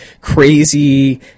crazy